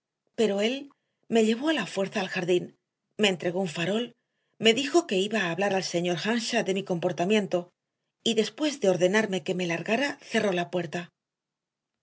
pero él me llevó a la fuerza al jardín me entregó un farol me dijo que iba a hablar al señor earnshaw de mi comportamiento y después de ordenarme que me largara cerró la puerta